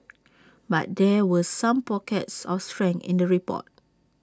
but there were some pockets of strength in the report